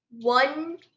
one